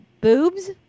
boobs